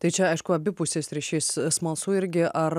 tai čia aišku abipusis ryšys smalsu irgi ar